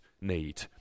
need